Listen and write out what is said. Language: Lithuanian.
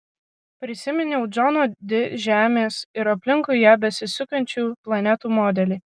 prisiminiau džono di žemės ir aplinkui ją besisukančių planetų modelį